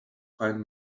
find